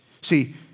See